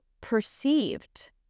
perceived